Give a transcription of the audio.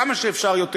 כמה שאפשר יותר